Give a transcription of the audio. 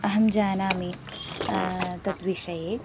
अहं जानामि तद्विषये